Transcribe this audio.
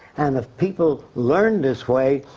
and if people learn this way,